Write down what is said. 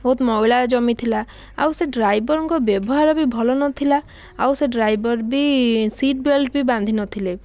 ବହୁତ ମଇଳା ଜମିଥିଲା ଆଉ ସେ ଡ୍ରାଇଭର୍ଙ୍କ ବ୍ୟବହାର ବି ଭଲ ନଥିଲା ଆଉ ସେ ଡ୍ରାଇଭର୍ ବି ଇ ସିଟ୍ ବେଲ୍ଟ ବି ବାନ୍ଧି ନଥିଲେ